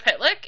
Pitlick